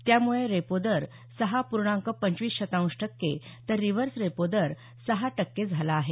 त्यामुळे रेपो दर सहा पूर्णांक पंचवीस शतांश टक्के तर रिव्हर्स रेपो दर सहा टक्के झाला आहे